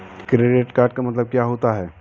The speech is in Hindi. क्रेडिट का मतलब क्या होता है?